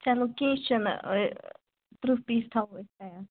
چَلو کیٚنٛہہ چھُنہٕ ترٕٛہ پیٖس تھاوَو أسۍ تَیار